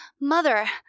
Mother